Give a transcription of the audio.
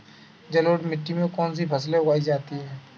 जलोढ़ मिट्टी में कौन कौन सी फसलें उगाई जाती हैं?